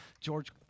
George